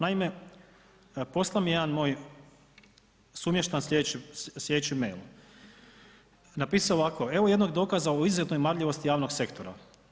Naime, poslao mi je jedan moj sumještan slijedeći mail, napisao ovako, evo jednog dokaza o izuzetnoj marljivosti javnog sektora.